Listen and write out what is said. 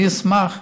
אני אשמח,